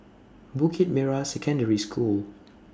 Bukit Merah Secondary School